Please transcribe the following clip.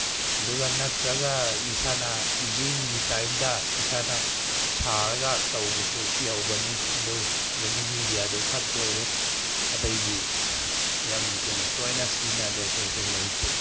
ꯑꯗꯨꯒ ꯅꯠꯇ꯭ꯔꯒ ꯏꯁꯥꯅ ꯖꯤꯝꯒꯤ ꯇꯥꯏꯞꯇ ꯏꯁꯥꯗ ꯁꯥꯔꯒ ꯇꯧꯕꯁꯨ ꯌꯥꯎꯕꯅꯦ ꯑꯗꯨ ꯔꯤꯃꯤꯗꯤꯗꯤ ꯑꯗꯨ ꯈꯛꯇ ꯑꯣꯏꯔꯦ ꯑꯇꯩꯗꯤ ꯌꯥꯝ ꯀꯩꯅꯣ ꯇꯣꯏꯅ ꯁꯤꯖꯤꯟꯅꯗꯦ ꯑꯩꯈꯣꯏꯁꯦ ꯂꯩꯇꯦ